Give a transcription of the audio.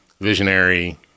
visionary